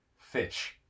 Fish